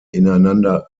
ineinander